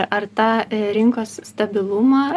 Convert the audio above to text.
ar tą rinkos stabilumą